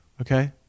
okay